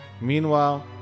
Meanwhile